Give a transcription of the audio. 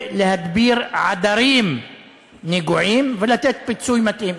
להדביר עדרים נגועים ולתת פיצוי מתאים.